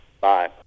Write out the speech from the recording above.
Bye